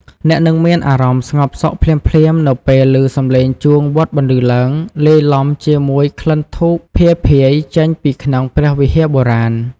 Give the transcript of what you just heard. អ្នកនឹងមានអារម្មណ៍ស្ងប់សុខភ្លាមៗ នៅពេលឮសម្លេងជួងវត្តបន្លឺឡើងលាយឡំជាមួយក្លិនធូបភាយៗចេញពីក្នុងព្រះវិហារបុរាណ។